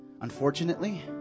Unfortunately